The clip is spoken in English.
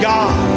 God